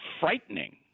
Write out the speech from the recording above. frightening